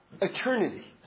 eternity